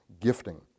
gifting